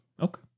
Okay